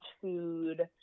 food